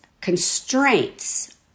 constraints